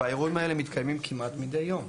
והאירועים האלה מתקיימים כמעט מידי יום,